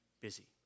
busy